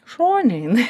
šone jinai